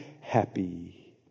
happy